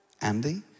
Andy